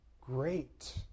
great